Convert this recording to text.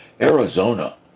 Arizona